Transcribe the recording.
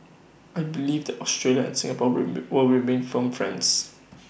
I believe that Australia and Singapore will will remain firm friends